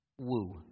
woo